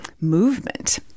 movement